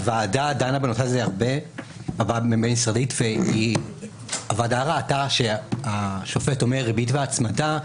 הוועדה הבין-משרדית דנה הרבה בנושא הזה וראתה שהשופט אומר ריבית והצמדה,